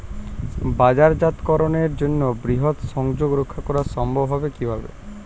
বাজারজাতকরণের জন্য বৃহৎ সংযোগ রক্ষা করা সম্ভব হবে কিভাবে?